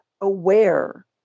aware